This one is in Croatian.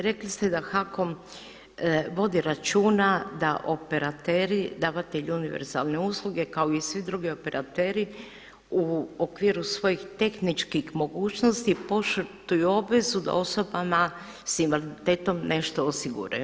Rekli ste da HAKOM vodi računa da operateri, davatelji univerzalne usluge kao i svi drugi operateri u okviru svojih tehničkih mogućnosti poštuju obvezu da osobama s invaliditetom nešto osiguraju.